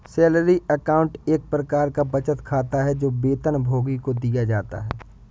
salary account एक प्रकार का बचत खाता है, जो वेतनभोगी को दिया जाता है